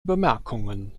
bemerkungen